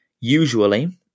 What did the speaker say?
usually